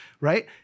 right